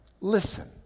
Listen